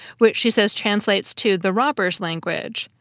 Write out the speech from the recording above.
which she says translates to the robber's language.